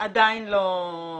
עדיין לא בשר.